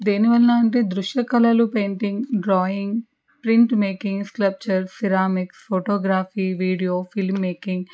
దేని వలన అంటే దృశ్య కళలు painting drawing print making sculptures pyramids ceramics photography video film making